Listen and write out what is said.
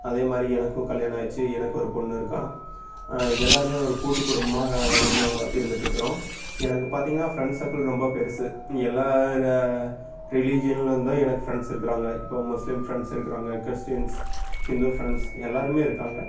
அதே மாதிரி எனக்கும் கல்யாணம் ஆயிடுச்சு எனக்கொரு பொண்ணுருக்காள் எல்லோருமே ஒரு கூட்டுக்குடும்பமா ஒன்றா இருத்துட்டிருக்குறோம் எனக்கு பார்த்திங்கனா ஃப்ரெண்ட்ஸ் சர்க்குள் ரொம்ப பெரிசு எல்லாரும் ரிலிஜியன்லருந்து எனக்கு ஃப்ரெண்ட்சு இருக்கிறாங்க இப்போது முஸ்லிம் ஃப்ரெண்ட்சு இருக்கிறாங்க கிறிஸ்டின்ஸ் ஹிந்து ஃப்ரெண்ட்ஸ் எல்லோருமே இருக்காங்க